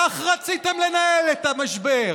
כך רציתם לנהל את המשבר.